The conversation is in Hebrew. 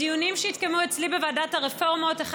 בדיונים שהתקיימו אצלי בוועדת הרפורמות אחד